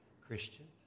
Christian